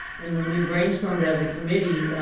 and when we brainstormed as a committee,